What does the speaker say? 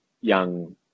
young